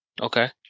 Okay